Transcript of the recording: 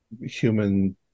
human